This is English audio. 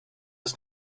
his